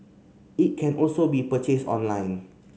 it can also be purchased online